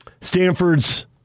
Stanford's